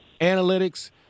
analytics